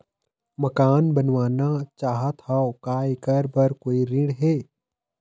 मकान बनवाना चाहत हाव, का ऐकर बर कोई ऋण हे?